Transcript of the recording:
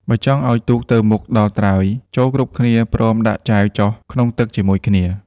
បើចង់ឱ្យទូកទៅមុខដល់ត្រើយ ចូរគ្រប់គ្នាព្រមដាក់ចែវចុះក្នុងទឹកជាមួយគ្នា។